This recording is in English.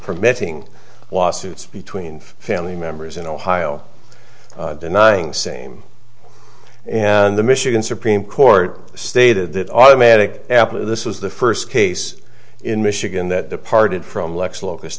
permitting lawsuits between family members in ohio denying same and the michigan supreme court stated that automatic after this was the first case in michigan that departed from lex locus